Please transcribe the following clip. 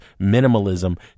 minimalism